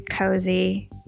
cozy